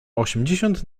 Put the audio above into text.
osiemdziesiąt